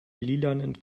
lilanen